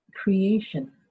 creation